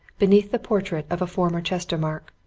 beneath the portrait of a former chestermarke,